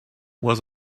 was